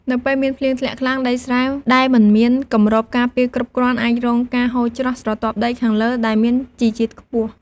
នៅពេលមានភ្លៀងធ្លាក់ខ្លាំង ដីស្រែដែលមិនមានគម្របការពារគ្រប់គ្រាន់ អាចរងការហូរច្រោះស្រទាប់ដីខាងលើដែលមានជីជាតិខ្ពស់។